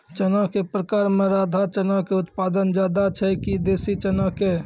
चना के प्रकार मे राधा चना के उत्पादन ज्यादा छै कि देसी चना के?